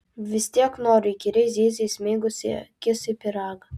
vis tiek noriu įkyriai zyzė įsmeigusi akis į pyragą